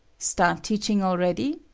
start teaching already?